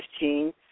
15